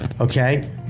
Okay